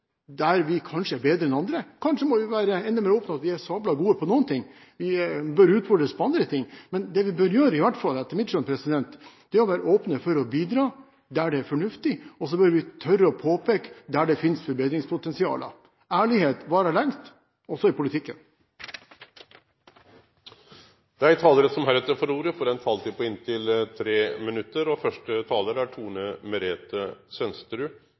der vi kanskje er bedre enn andre. Kanskje må vi være enda mer opptatt av at vi er sabla gode på noen ting, og at vi bør utfordres på andre ting. Men det vi bør gjøre, i hvert fall etter mitt skjønn, er å være åpne for å bidra der det er fornuftig. Så bør vi tørre å påpeke det der det finnes forbedringspotensialer. Ærlighet varer lengst – også i politikken. Dei talarane som heretter får ordet, har ei taletid på inntil 3 minutt. Stortingsmeldingen om nordisk samarbeid og